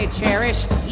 cherished